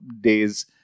days